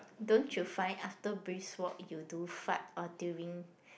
don't you find after brisk walk you do fart or during